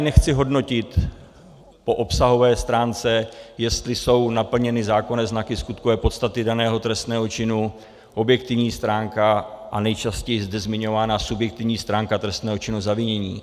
Nechci ji hodnotit po obsahové stránce, jestli jsou naplněny zákonné znaky skutkové podstaty daného trestného činu, objektivní stránka a nejčastěji zde zmiňovaná subjektivní stránka trestného činu zavinění.